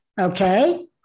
Okay